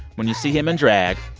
when you see him in drag,